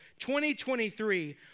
2023